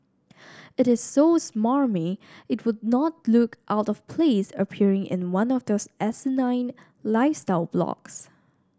it is so smarmy it would not look out of place appearing in one of those asinine lifestyle blogs